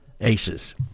aces